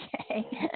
Okay